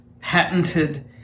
patented